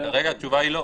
כרגע התשובה היא לא.